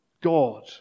God